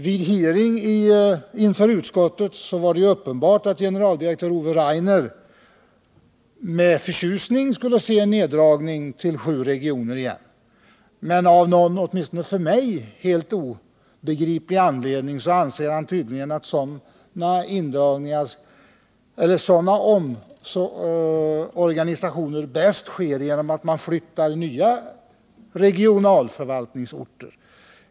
Vid hearing inför utskottet var det uppenbart att generaldirektör Ove Rainer med förtjusning skulle se en neddragning till sju regioner igen, men av någon åtminstone för mig helt obegriplig anledning anser han tydligen att sådana omorganisationer bäst sker genom att man byter lokaliseringsorter för regionalförvaltningarna.